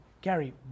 Gary